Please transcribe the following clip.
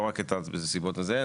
לא רק את הסיבות האלה,